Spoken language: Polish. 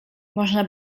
można